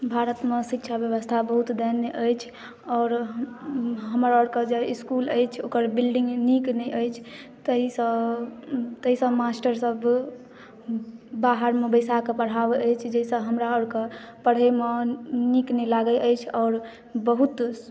भारत मे शिक्षा व्यवस्था बहुत दयनीय अछि आओर हमर आरके जे इसकुल अछि ओकर बिल्डिंग नीक नहि अछि ताहिसँ मास्टरसब बाहर मे बैसा कऽ पढ़ाबैत अछि जाहिसॅं हमरा आरके पढ़य मे नीक नहि लागै अछि आओर बहुत